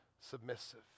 submissive